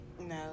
no